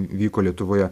vyko lietuvoje